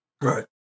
Right